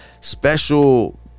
special